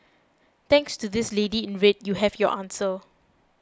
thanks to this lady in red you have your answer